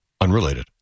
Unrelated